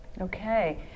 Okay